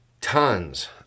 tons